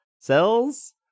cells